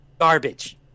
Garbage